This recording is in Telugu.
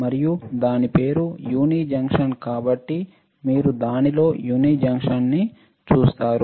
మరియు దాని పేరు యూని జంక్షన్ కాబట్టి మీరు దానిలో యూని జంక్షన్ ని చూస్తారు